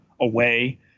away